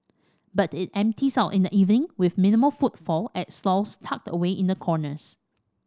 but it empties out in the evening with minimal footfall at stalls tucked away in the corners